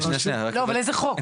אבל איזה חוק,